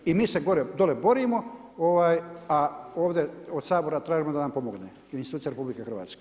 I mi se dole borimo, a ovdje od Sabora tražimo da nam pomogne i institucija RH.